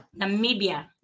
Namibia